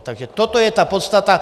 Takže toto je ta podstata.